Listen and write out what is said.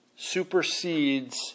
Supersedes